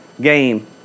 game